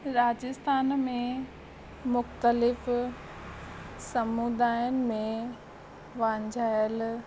राजस्थान में मुख्तलिफ़ समूदायनि में वांझायलु